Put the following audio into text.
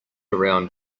around